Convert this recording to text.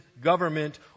government